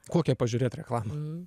kokią pažiūrėt reklamą